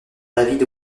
david